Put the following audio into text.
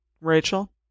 Rachel